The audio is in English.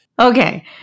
Okay